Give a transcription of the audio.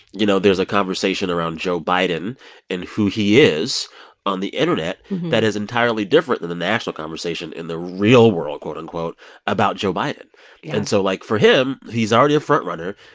you know, there's a conversation around joe biden and who he is on the internet that is entirely different than the national conversation in the real world, quote, unquote about joe biden yeah and so, like, for him, he's already a frontrunner.